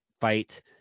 fight